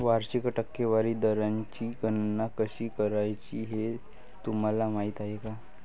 वार्षिक टक्केवारी दराची गणना कशी करायची हे तुम्हाला माहिती आहे का?